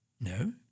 No